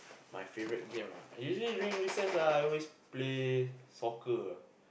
my favourite game ah usually during recess ah I always play soccer ah